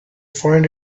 find